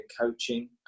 coaching